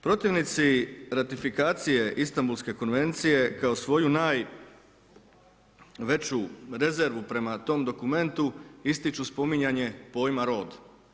Protivnici ratifikacije Istanbulske konvencije kao svoju najveću rezervu prema tom dokumentu ističu spominjanje pojma rod.